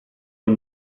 con